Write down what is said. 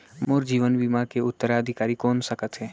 मोर जीवन बीमा के उत्तराधिकारी कोन सकत हे?